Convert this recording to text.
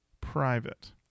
private